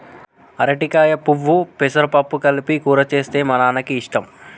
అరటికాయ పువ్వు పెసరపప్పు కలిపి కూర చేస్తే మా నాన్నకి ఇష్టం